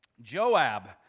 Joab